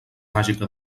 màgica